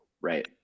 Right